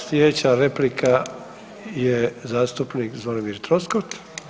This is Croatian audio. Slijedeća replika je zastupnik Zvonimir Troskot.